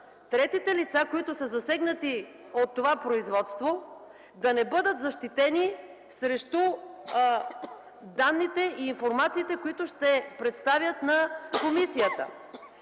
третите лица, които са засегнати от това производство, да не бъдат защитени срещу данните и информациите, които ще представят на комисията.